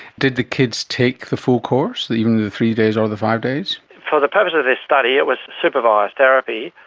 did the kids take the full course, either the three days or the five days for the purpose of this study it was supervised therapy,